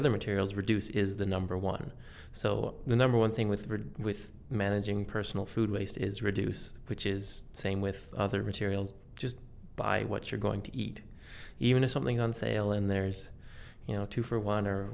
other materials reduce is the number one so the number one thing with with managing personal food waste is reduce which is same with other materials just by what you're going to eat even if something on sale and there's you know two for one or